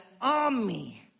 army